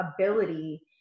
ability